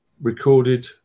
recorded